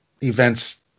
events